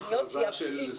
הביצוע.